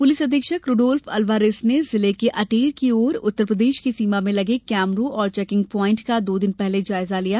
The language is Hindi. पुलिस अधीक्षक रुडोल्फ अल्वारेस ने जिले के अटेर की ओर उत्तरप्रदेश की सीमा में लगे कैमरों और चैकिंग प्वाइंट का दो दिन पहले जायजा लिया